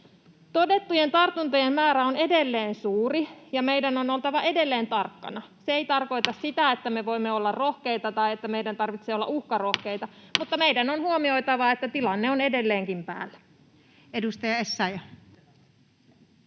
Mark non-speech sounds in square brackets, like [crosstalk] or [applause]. Todettujen tartuntojen määrä on edelleen suuri, ja meidän on oltava edelleen tarkkana. Se ei tarkoita sitä, [noise] että me voimme olla rohkeita tai että meidän tarvitsee olla uhkarohkeita, mutta meidän on huomioitava, että tilanne on edelleenkin päällä. Edustaja Essayah.